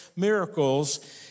miracles